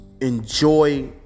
enjoy